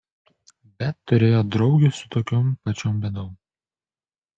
bet turėjo draugių su tokiom pačiom bėdom